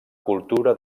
cultura